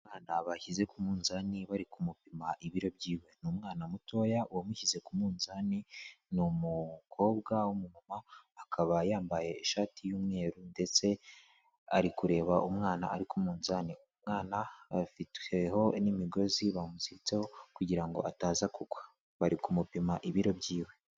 Umwana bashyize ku munzani bari kumupima ibiro byiwe, ni umwana mutoya uwamushyize ku munzani ni umukobwa w'umumama, akaba yambaye ishati y'umweru ndetse ari kureba umwana ari ku munzani. Umwana afiteho n'imigozi bamuzitseho kugira ngo ataza kugwa, bari kumupima ibiro by'iwe.